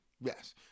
Yes